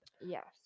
yes